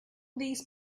these